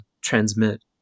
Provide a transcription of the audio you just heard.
transmit